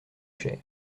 chère